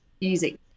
Easy